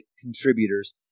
contributors